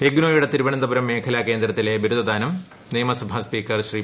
ഇഗ്നോയുടെ തിരുവനന്തപുരം മേഖലാ കേന്ദ്രത്തിലെ ബിരുദദാനം നിയമസഭാസ്പീക്കർ ശ്രീ